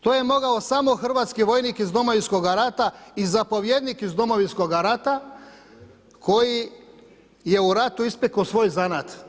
To je mogao samo hrvatski vojnik iz Domovinskoga rata i zapovjednik iz Domovinskoga rata koji je u ratu ispekao svoj zanat.